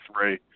three